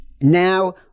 now